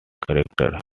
characters